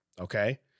Okay